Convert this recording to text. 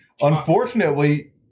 Unfortunately